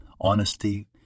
honesty